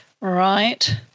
right